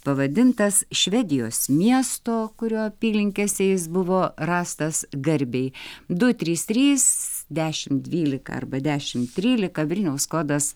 pavadintas švedijos miesto kurio apylinkėse jis buvo rastas garbei du trys trys dešim dvylika arba dešim trylika vilniaus kodas